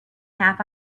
half